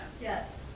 Yes